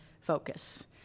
focus